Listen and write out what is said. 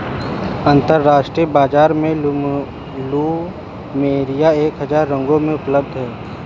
अंतरराष्ट्रीय बाजार में प्लुमेरिया एक हजार रंगों में उपलब्ध हैं